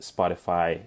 Spotify